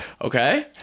okay